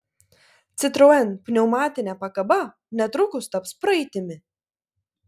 citroen pneumatinė pakaba netrukus taps praeitimi